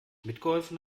mitgeholfen